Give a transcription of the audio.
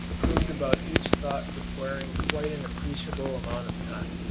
proved about each thought requiring quite an appreciable amount of time.